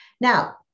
Now